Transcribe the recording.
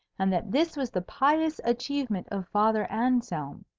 and that this was the pious achievement of father anselm.